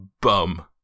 Bum